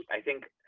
i think,